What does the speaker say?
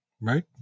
right